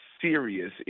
serious